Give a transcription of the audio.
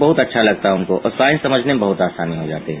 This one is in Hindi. बहुत अच्छा लगता है उनको और साइंस समझने में बहुत आसानी हो जाती हैं